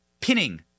pinning